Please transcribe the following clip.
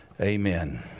Amen